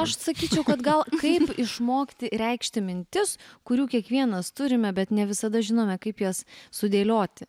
aš sakyčiau kad gal kaip išmokti reikšti mintis kurių kiekvienas turime bet ne visada žinome kaip jas sudėlioti